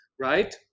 right